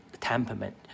temperament